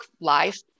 life